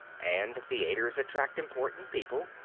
and theaters attract important people,